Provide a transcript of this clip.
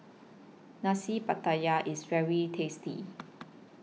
Nasi Pattaya IS very tasty